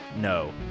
No